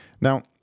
Now